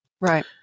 right